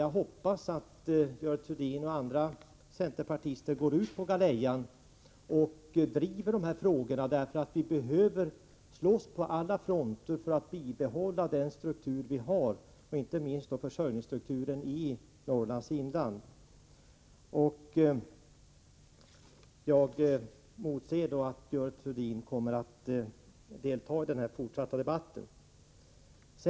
Jag hoppas nu att Görel Thurdin och andra centerpartister går ut och driver de här frågorna, eftersom vi behöver slåss på alla fronter för att bibehålla den struktur vi har, inte minst försörjningsstrukturen i Norrlands inland. Jag motser alltså att Görel Thurdin kommer att delta i den fortsatta debatten.